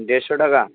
দেড়শো টাকা